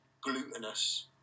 glutinous